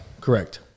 correct